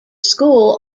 school